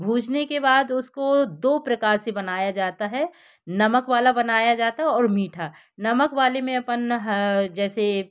भूंजने के बाद उसको दो प्रकार से बनाया जाता है नमक वाला बनाया जाता है और मीठा नमक वाले में अपन जैसे